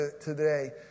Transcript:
today